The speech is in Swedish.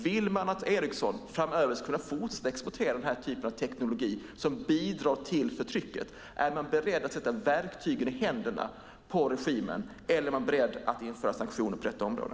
Vill man att Ericsson framöver ska kunna fortsätta att exportera den typen av teknologi, som bidrar till förtrycket? Är man beredd att sätta verktygen i händerna på regimen eller är man beredd att införa sanktioner på detta område?